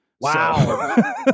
Wow